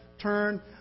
turn